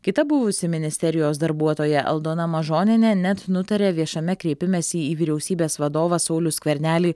kita buvusi ministerijos darbuotoja aldona mažonienė net nutarė viešame kreipimesi į vyriausybės vadovą saulių skvernelį